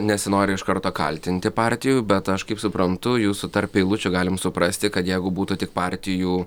nesinori iš karto kaltinti partijų bet aš kaip suprantu jūsų tarp eilučių galim suprasti kad jeigu būtų tik partijų